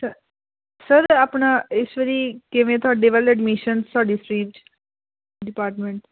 ਸ ਸਰ ਆਪਣਾ ਇਸ ਵਾਰੀ ਕਿਵੇਂ ਤੁਹਾਡੇ ਵੱਲ ਐਡਮਿਸ਼ਨ ਤੁਹਾਡੀ ਸਟਰੀਮ 'ਚ ਡਿਪਾਰਟਮੈਂਟ